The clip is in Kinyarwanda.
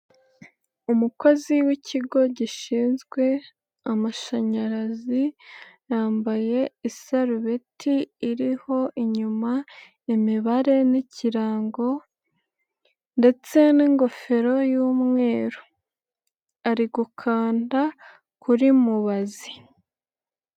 Umukozi w'ikigo gishinzwe, amashanyarazi. Yambaye isarubeti iriho inyuma, imibare n'ikirango, ndetse n'ingofero y'umweru. Ari gukanda kuri mubazi.